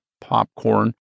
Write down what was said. popcorn